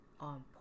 on